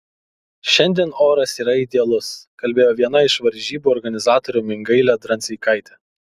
šiandien oras yra idealus kalbėjo viena iš varžybų organizatorių mingailė dranseikaitė